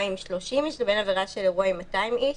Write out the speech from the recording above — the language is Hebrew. עם 30 איש לבין עבירה של אירוע עם 200 איש.